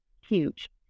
huge